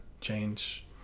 change